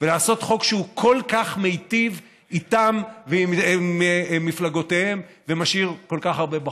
לעשות חוק שכל כך מיטיב איתם ועם מפלגותיהם ומשאיר כל כך הרבה בחוץ.